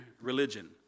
religion